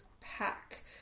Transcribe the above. pack